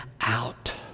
out